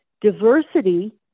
diversity